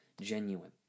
genuine